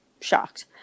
shocked